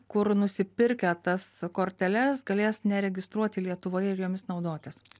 kur nusipirkę tas korteles galės neregistruoti lietuvoje ir jomis naudotis